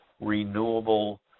renewable